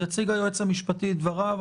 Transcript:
יציג היועץ המשפטי את דבריו.